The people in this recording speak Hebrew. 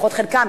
לפחות חלקם,